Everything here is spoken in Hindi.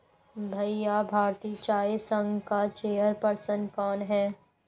भैया भारतीय चाय संघ का चेयर पर्सन कौन है?